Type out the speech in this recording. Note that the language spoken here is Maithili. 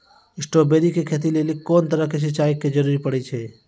स्ट्रॉबेरी के खेती लेली कोंन तरह के सिंचाई के जरूरी पड़े छै?